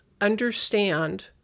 understand